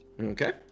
okay